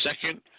second